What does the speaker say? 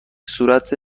صورت